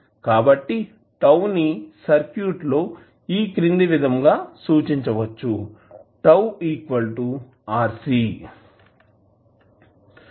కాబట్టి మనం τ ని సర్క్యూట్ లో ఈ క్రింది విధంగా సూచించవచ్చు